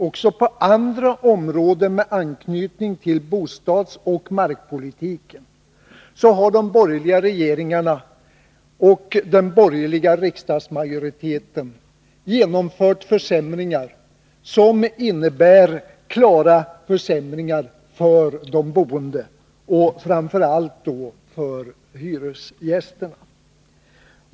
Också på andra områden med anknytning till bostadsoch markpolitiken har de borgerliga regeringarna och den borgerliga riksdagsmajoriteten genomfört förändringar som innebär klara försämringar för de boende, framför allt för hyresgästerna.